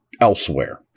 elsewhere